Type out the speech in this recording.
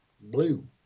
Blue